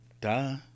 Duh